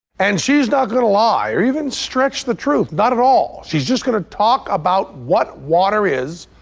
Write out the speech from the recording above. and she's not going to lie, or even stretch the truth. not at all. she's just going to talk about what water is,